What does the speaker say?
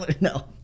no